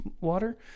water